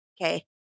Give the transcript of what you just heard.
Okay